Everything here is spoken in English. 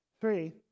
Three